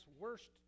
worst